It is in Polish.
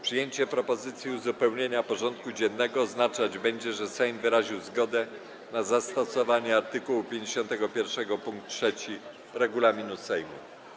Przyjęcie propozycji uzupełnienia porządku dziennego oznaczać będzie, że Sejm wyraził zgodę na zastosowanie art. 51 pkt 3 regulaminu Sejmu.